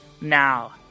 Now